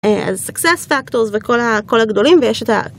סקסס פקטור וכל הכל הגדולים ויש את ה-